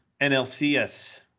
NLCS